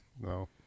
No